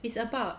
it's about